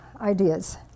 ideas